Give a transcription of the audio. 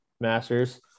Masters